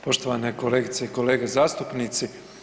Poštovane kolegice i kolege zastupnici.